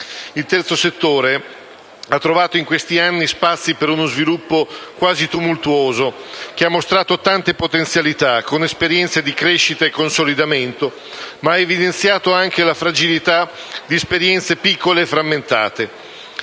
Il terzo settore ha trovato in questi anni spazi per uno sviluppo quasi tumultuoso, che ha mostrato tante potenzialità con esperienze di crescita e consolidamento, ma ha evidenziato anche la fragilità di esperienze piccole e frammentate.